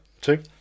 Two